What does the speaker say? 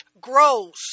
grows